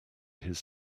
his